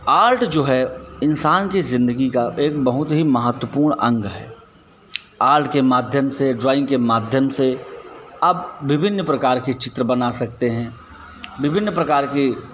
art जो है इंसान की जिंदगी का एक बहुत ही महत्वपूर्ण अंग है आर्ट के माध्यम से ड्राइंग के माध्यम से आप विभिन्न प्रकार के चित्र बना सकते हैं विभिन्न प्रकार की